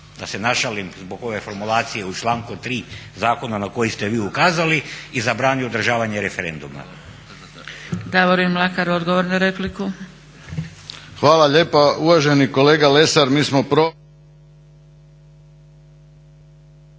da se našalim zbog ove formulacije u članku 3. zakona na koji ste vi ukazali i zabrani održavanje referenduma.